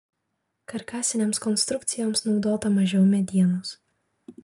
karkasinėms konstrukcijoms naudota mažiau medienos